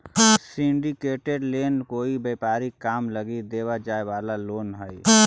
syndicated loan कोई व्यापारिक काम लगी देवे जाए वाला लोन हई